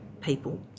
people